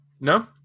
No